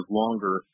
longer